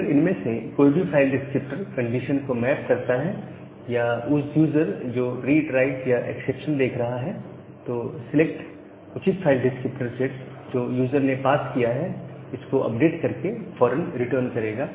अगर इनमें से कोई भी फाइल डिस्क्रिप्टर कंडीशन को मैच करता है या यूजर जो रीड राइट या एक्सेप्शन देख रहा है तो सिलेक्ट उचित फाइल डिस्क्रिप्टर सेट जो यूज़र ने पास किया है इसको अपडेट करके फौरन रिटर्न करेगा